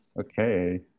Okay